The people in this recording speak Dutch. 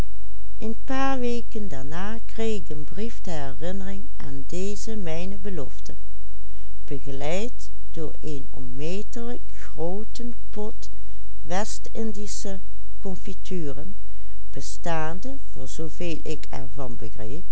begeleid door een onmetelijk grooten pot west-indische confituren bestaande voor zoo veel ik er van